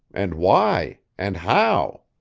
and why, and how?